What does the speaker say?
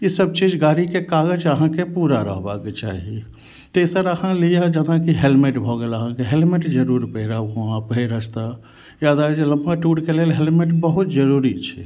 ई सब चीज गाड़ीके कागज अहाँके पूरा रहबाक चाही तेसर अहाँ लिअ जेनाकि हेलमेट भऽ गेल अहाँके हेलमेट जरूर पहिरब वहाँ पहिर याद लम्बा टूरके लेल हेलमेट बहुत जरूरी छै